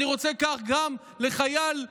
אני רוצה כך גם לחייל יהודי.